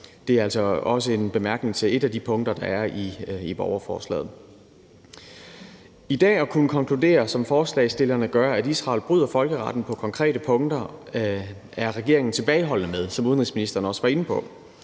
Det er altså også en bemærkning til et af de punkter, der er i borgerforslaget. I dag at kunne konkludere, som forslagsstillerne gør, at Israel bryder folkeretten på konkrete punkter, er regeringen tilbageholdende med, som udenrigsministeren også var inde på.